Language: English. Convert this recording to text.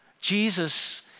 Jesus